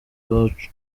iwacu